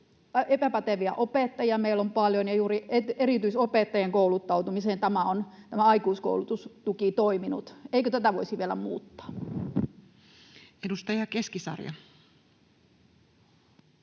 epäpäteviä opettajia meillä on paljon, ja juuri erityisopettajien kouluttautumiseen tämä aikuiskoulutustuki on toiminut. Eikö tätä voisi vielä muuttaa? [Speech